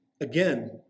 Again